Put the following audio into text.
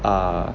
ah